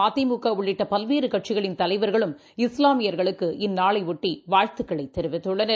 மதிமுகஉள்ளிட்டபல்வேறுகட்சிகளின் தலைவர்களும் இஸ்லாமியர்களுக்கு இந்நாளையொட்டிவாழ்த்துகளைதெரிவித்துள்ளனர்